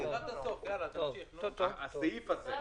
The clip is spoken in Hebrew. הסעיף הזה,